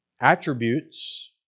attributes